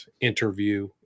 interview